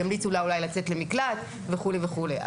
אולי ימליצו לה לצאת למקלט וכולי וכולי.